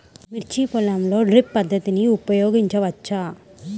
మిర్చి పొలంలో డ్రిప్ పద్ధతిని ఉపయోగించవచ్చా?